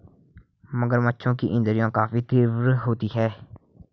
मगरमच्छों की इंद्रियाँ काफी तीव्र होती हैं